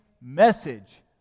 message